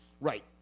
right